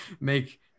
make